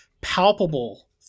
palpable